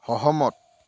সহমত